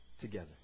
together